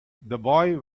boy